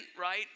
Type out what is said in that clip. right